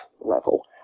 Level